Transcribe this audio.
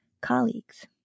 colleagues